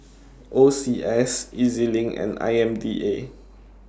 O C S E Z LINK and I M D A